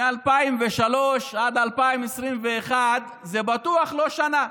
מ-2003 עד 2021 זה בטוח לא שנה.